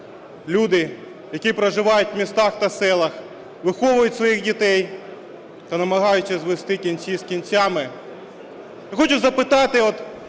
Люди, які проживають у містах та селах, виховують своїх дітей та намагаються звести кінці з кінцями.